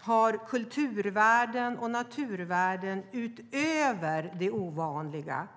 har kulturvärden och naturvärden utöver det vanliga.